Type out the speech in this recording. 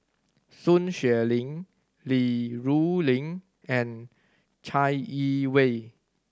Sun Xueling Li Rulin and Chai Yee Wei